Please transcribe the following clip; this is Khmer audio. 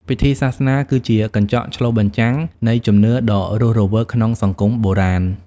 ពិធីសាសនា គឺជាកញ្ចក់ឆ្លុះបញ្ចាំងនៃជំនឿដ៏រស់រវើកក្នុងសង្គមបុរាណ។